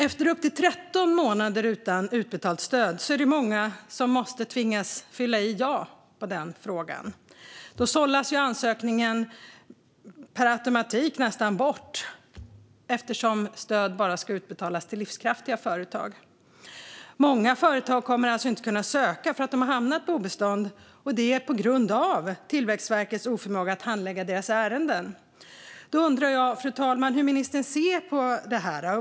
Efter upp till 13 månader utan utbetalat stöd är det många som tvingas svara ja på den frågan. Då sållas ansökan nästan per automatik bort eftersom stöd bara ska utbetalas till livskraftiga företag. Många företag kommer alltså inte att kunna söka därför att de har hamnat på obestånd på grund av Tillväxtverkets oförmåga att handlägga deras ärenden. Jag undrar, fru talman, hur ministern ser på detta.